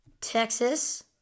Texas